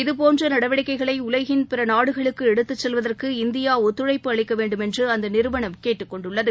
இதபோன்ற நடவடிக்கைகளை உலகின் பிற நாடுகளுக்கு எடுத்துச் செல்வதற்கு இந்தியா ஒத்துழைப்பு அளிக்க வேண்டுமென்று அந்த நிறுவனம் கேட்டுக் கொண்டுள்ளது